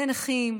נכים,